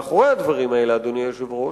מאחורי הדברים האלה, אדוני היושב-ראש,